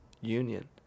union